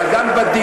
אלא גם בדיונים,